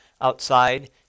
outside